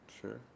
sure